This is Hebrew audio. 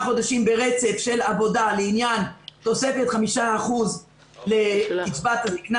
חודשים ברצף של עבודה לעניין תוספת 5% לקצבת הזקנה